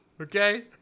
Okay